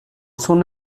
son